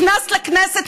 נכנסת לכנסת,